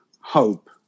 hope